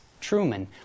Truman